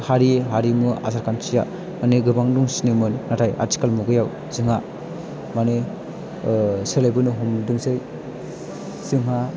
हारिमु आसारखान्थिया माने गोबां दंसिनोमोन नाथाय आथिखाल मुगायाव जोंहा माने सोलायबोनो हमदोंसै जोंहा